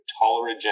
tolerogenic